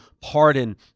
pardon